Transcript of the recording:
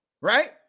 Right